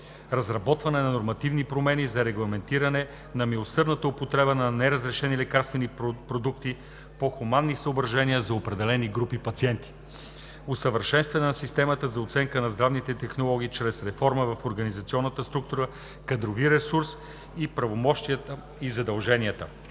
разработване на нормативни промени за регламентиране на милосърдната употреба на неразрешени лекарствени продукти по хуманни съображения за определени групи пациенти; - усъвършенстване на системата за оценка на здравните технологии чрез реформа в организационната структура, кадрови ресурс и правомощията и задълженията;